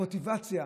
המוטיבציה,